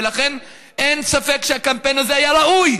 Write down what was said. ולכן אין ספק שהקמפיין הזה היה ראוי,